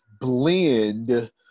blend